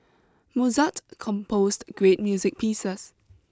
Mozart composed great music pieces